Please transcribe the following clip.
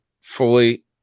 fully